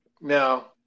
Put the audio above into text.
now